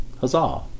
Huzzah